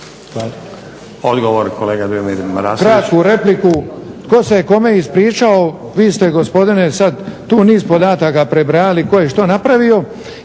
Kratku repliku. Tko se kome ispričao, vi ste gospodine sada tu niz podataka tko je što napravio.